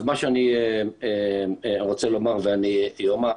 אז מה שאני רוצה לומר ואני אומר,